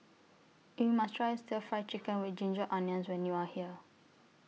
YOU must Try Stir Fry Chicken with Ginger Onions when YOU Are here